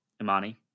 Imani